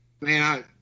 man